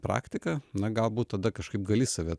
praktika na galbūt tada kažkaip gali save